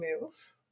move